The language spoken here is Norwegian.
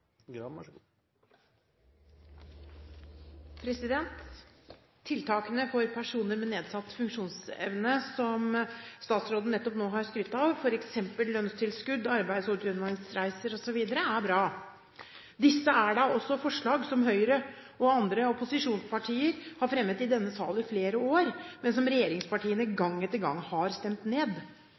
Graham. Tiltakene for personer med nedsatt funksjonsevne som statsråden nettopp nå har skrytt av, f.eks. lønnstilskudd, arbeids- og utdanningsreiser osv., er bra. Disse er da også forslag som Høyre og andre opposisjonspartier har fremmet i denne sal i flere år, men som regjeringspartiene gang etter gang har stemt ned.